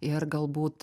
ir galbūt